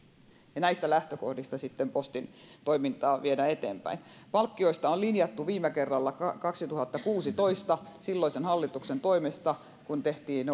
näistä lähtökohdista postin toimintaa viedään eteenpäin palkkioista on linjattu viime kerralla kaksituhattakuusitoista silloisen hallituksen toimesta kun tehtiin